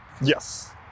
Yes